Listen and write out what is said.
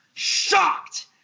shocked